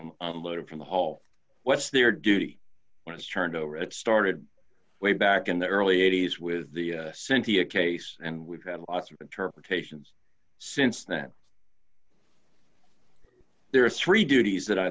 i'm unloaded from the haul what's their duty when it's turned over it started way back in the early eighty's with the cynthia case and we've had lots of interpretations since then there are three duties that i